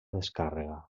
descàrrega